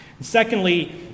Secondly